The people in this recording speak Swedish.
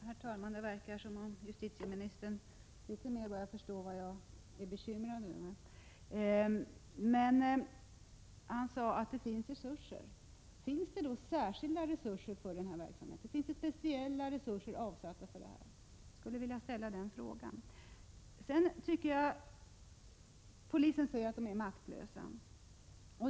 Herr talman! Det verkar som om justitieministern nu litet mera börjar förstå vad jag är bekymrad över. Justitieministern sade att det finns resurser. Finns det särskilda resurser avsatta för detta ändamål? Jag skulle vilja ha svar på den frågan. Polisen säger att den är maktlös.